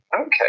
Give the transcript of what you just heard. Okay